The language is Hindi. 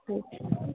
ठीक